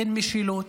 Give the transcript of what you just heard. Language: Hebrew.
אין משילות,